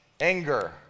Anger